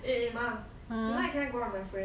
eh eh ma tonight can I go out with my friend